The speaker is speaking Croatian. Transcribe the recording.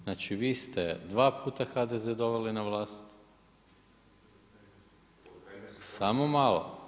Znači vi ste dva puta HDZ doveli na vlast, …… [[Upadica Bulj, ne čuje se.]] Samo malo.